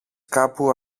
κάπου